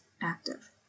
active